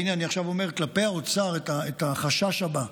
והינה, אני עכשיו אומר כלפי האוצר את החשש הבא.